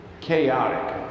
chaotic